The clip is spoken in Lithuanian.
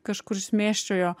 kažkur šmėsčiojo